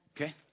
Okay